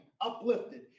uplifted